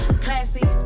Classy